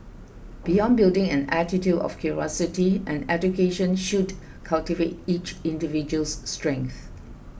beyond building an attitude of curiosity an education should cultivate each individual's strengths